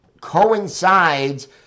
coincides